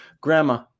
grandma